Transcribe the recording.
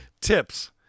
Tips